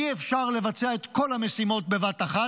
אי-אפשר לבצע את כל המשימות בבת אחת,